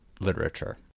literature